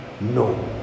No